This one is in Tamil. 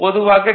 பொதுவாக டி